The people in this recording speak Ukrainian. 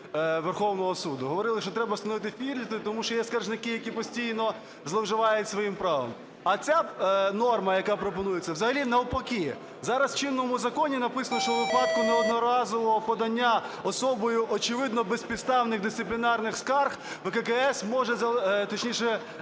Верховного Суду. Говорили, що треба встановити фільтри, тому що є скаржники, які постійно зловживають своїм правом. А ця норма, яка пропонується, взагалі навпаки, зараз у чинному законі написано, що у випадку неодноразового подання особою, очевидно, безпідставних дисциплінарних скарг ВККС може, точніше,